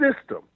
system